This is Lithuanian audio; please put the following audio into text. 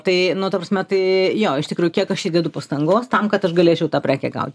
tai nu ta prasme tai jo iš tikrųjų kiek aš įdedu pastangos tam kad aš galėčiau tą prekę gaut